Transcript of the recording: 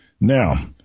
Now